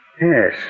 Yes